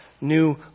new